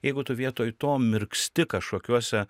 jeigu tu vietoj to mirksti kažkokiuose